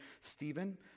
Stephen